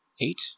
Eight